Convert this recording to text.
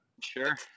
Sure